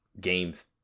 games